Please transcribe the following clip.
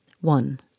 One